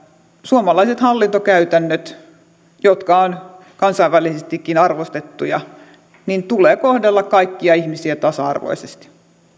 suomalaiset hallintokäytännöt jotka ovat kansainvälisestikin arvostettuja että tulee kohdella kaikkia ihmisiä tasa arvoisesti